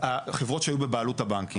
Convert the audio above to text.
חברות שהיו בבעלות הבנקים.